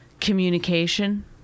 Communication